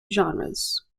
genres